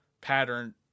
pattern